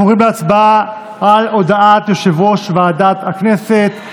אנחנו עוברים להצבעה על הודעת יושב-ראש ועדת הכנסת.